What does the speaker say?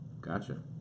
Gotcha